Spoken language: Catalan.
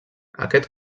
aquest